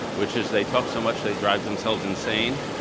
which is they talk so much they drive themselves insane.